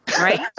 right